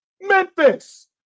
Memphis